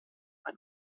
ein